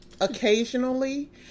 occasionally